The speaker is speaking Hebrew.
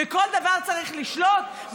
בכל דבר צריך לשלוט?